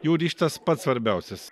jų ryžtas pats svarbiausias